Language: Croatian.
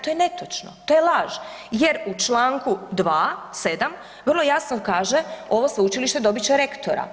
To je netočno, to je laž jer u čl. 2., 7. vrlo jasno kaže, ovo sveučilište dobit će rektora.